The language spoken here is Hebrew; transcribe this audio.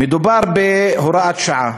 מדובר בהוראת שעה.